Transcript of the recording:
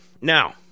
Now